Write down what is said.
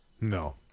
no